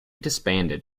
disbanded